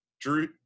Drew –